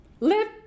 Let